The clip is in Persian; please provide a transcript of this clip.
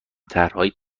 طرحهای